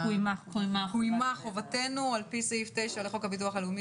קוימה חובתנו על פי סעיף 9 לחוק הביטוח הלאומי